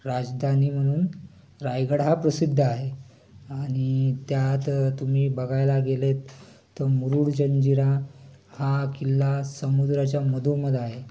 राजधानी म्हणून रायगड हा प्रसिद्ध आहे आणि त्यात तुम्ही बघायला गेले तर मुरुड जंजिरा हा किल्ला समुद्राच्या मधोमध आहे